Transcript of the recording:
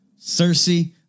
Cersei